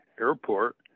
airport